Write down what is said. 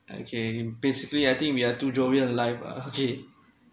okay basically I think we are too jovial in life ah okay